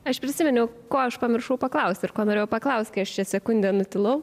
aš prisiminiau ko aš pamiršau paklausti ir ko norėjau paklaust kai aš čia sekunde nutilau